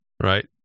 Right